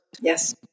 Yes